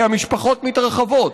כי המשפחות מתרחבות.